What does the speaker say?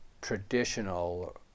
traditional